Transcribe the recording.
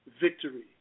victory